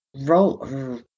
Roll